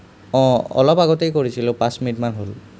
অঁ অলপ আগতেই কৰিছিলোঁ পাঁচ মিনিটমান হ'ল